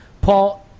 Paul